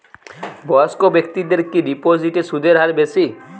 বয়স্ক ব্যেক্তিদের কি ডিপোজিটে সুদের হার বেশি?